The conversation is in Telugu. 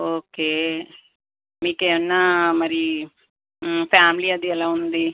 ఓకే మీకు ఏమైనా మరి ఫామిలీ అది ఎలా ఉంది